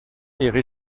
errer